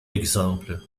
exemple